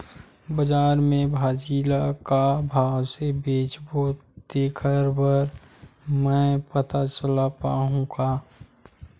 बजार में भाजी ल का भाव से बेचबो तेखर बारे में पता चल पाही का?